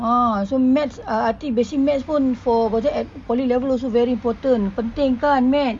ah so maths I I think basic maths pun for belajar at poly level also very important penting kan maths